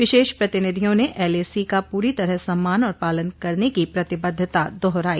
विशेष प्रतिनिधियों ने एलएसी का पूरी तरह सम्मान और पालन करने की प्रतिबद्धता दोहराई